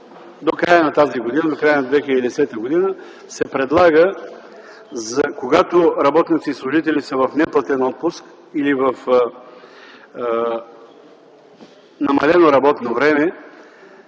завършвам. За времето до края на 2010 г. се предлага – когато работници и служители са в неплатен отпуск или в намалено работно време,